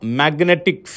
magnetic